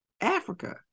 Africa